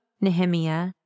Nehemiah